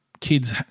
kids